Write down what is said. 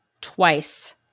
twice